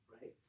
right